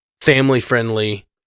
family-friendly